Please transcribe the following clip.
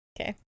Okay